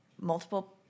multiple